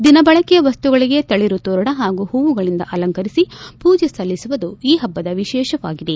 ದಿನಬಳಕೆಯ ವಸ್ತುಗಳಿಗೆ ತಳರು ತೋರಣ ಹಾಗೂ ಹೂವುಗಳಿಂದ ಅಲಂಕರಿಸಿ ಪೂಜೆ ಸಲ್ಲಿಸುವುದು ಈ ಹಬ್ಲದ ವಿಶೇಷವಾಗಿದೆ